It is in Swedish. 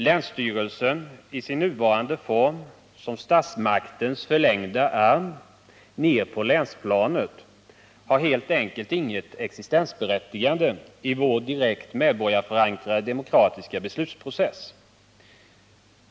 Länsstyrelsen i sin nuvarande form som statsmaktens förlängda arm ner på länsplanet har helt enkelt inget existensberättigande i vår direkt medborgarförankrade demokratiska beslutsprocess.